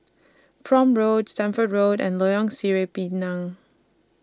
Prome Road Stamford Road and Lorong Sireh Pinang